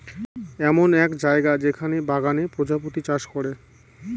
এমন এক জায়গা যেখানে বাগানে প্রজাপতি চাষ করে